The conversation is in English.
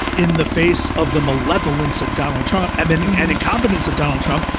in the face of the malevolence of donald trump abounding and incompetence of donald trump.